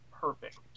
perfect